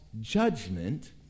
judgment